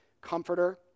comforter